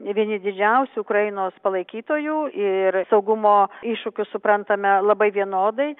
vieni didžiausių ukrainos palaikytojų ir saugumo iššūkius suprantame labai vienodai